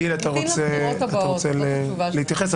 גיל, אתה רוצה להתייחס?